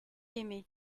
aimé